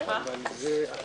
15:10.